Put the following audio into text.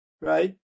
Right